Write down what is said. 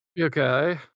Okay